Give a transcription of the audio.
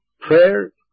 prayer